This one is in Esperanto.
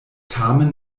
tamen